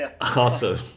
Awesome